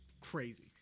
crazy